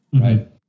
Right